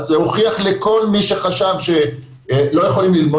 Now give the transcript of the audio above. זה הוכיח לכל מי שחשב שהם לא יכולים ללמוד